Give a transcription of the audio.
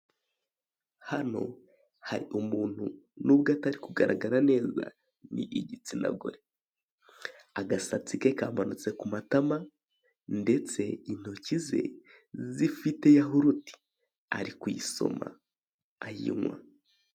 Hano hari umuntu n'ubwo atari kugaragara neza, ni igitsina gore. Agasatsi ke kamanutse ku matama, ndetse intoki ze zifite yahurute. Ari kuyisoma, ayinywa.